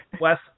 Wes